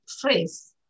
phrase